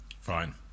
fine